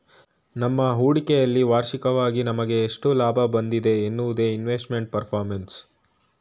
ನಮ್ಮ ಹೂಡಿಕೆಯಲ್ಲಿ ವಾರ್ಷಿಕವಾಗಿ ನಮಗೆ ಎಷ್ಟು ಲಾಭ ಬಂದಿದೆ ಎನ್ನುವುದೇ ಇನ್ವೆಸ್ಟ್ಮೆಂಟ್ ಪರ್ಫಾರ್ಮೆನ್ಸ್